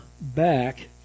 back